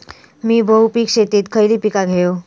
मी बहुपिक शेतीत खयली पीका घेव?